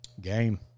game